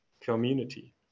community